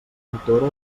autora